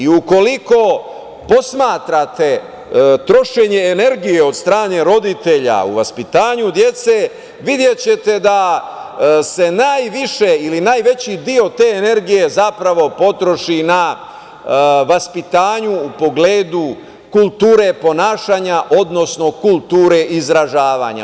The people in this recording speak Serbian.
Ukoliko posmatrate trošenje energije od strane roditelja u vaspitanju dece videćete da se najviše, ili najveći deo te energije potroši na vaspitanju u pogledu kulture ponašanje, odnosno kulture izražavanja.